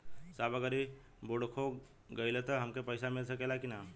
साहब अगर इ बोडखो गईलतऽ हमके पैसा मिल सकेला की ना?